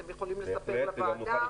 אתם יכולים לספר לוועדה?